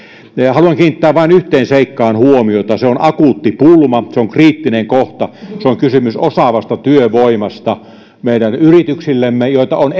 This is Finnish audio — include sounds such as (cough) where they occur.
haluan kiinnittää vain yhteen seikkaan huomiota se on akuutti pulma se on kriittinen kohta se on kysymys osaavasta työvoimasta meidän yrityksillemme joita on (unintelligible)